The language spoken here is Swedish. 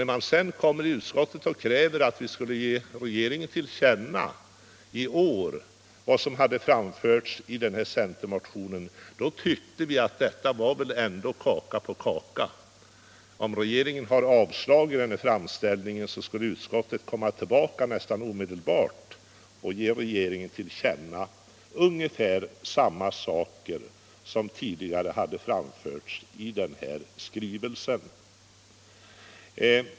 När man sedan i utskottet krävde att vi i år skulle ge regeringen till känna vad som framförts i centerpartimotionen, tyckte vi att det väl ändå var kaka på kaka. Om regeringen avslagit denna framställning, skulle utskottet komma tillbaka nästan omedelbart och ge regeringen till känna ungefär samma saker som tidigare hade framförts i skrivelsen.